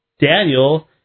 Daniel